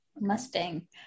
Mustang